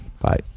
bye